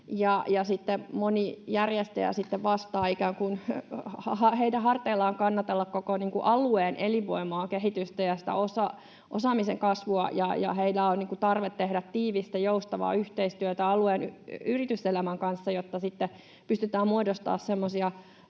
moni järjestäjä sitten vastaa ja heidän harteillaan on ikään kuin kannatella koko alueen elinvoimaa ja kehitystä ja osaamisen kasvua. Heillä on tarve tehdä tiivistä, joustavaa yhteistyötä alueen yrityselämän kanssa, jotta sitten pystytään muodostamaan semmoisia